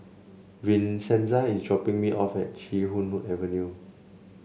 Vincenza is dropping me off at Chee Hoon Avenue